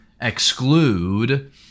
exclude